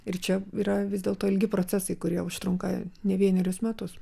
ir čia yra vis dėlto ilgi procesai kurie užtrunka ne vienerius metus